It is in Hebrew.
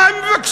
מה הם מבקשים?